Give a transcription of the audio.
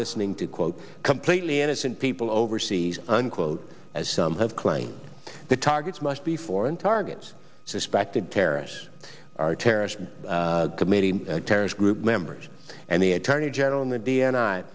listening to quote completely innocent people overseas unquote as some have claimed the targets must be foreign targets suspected terrorists are terrorist committing terrorist group members and the attorney general and the d n i